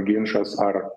ginčas ar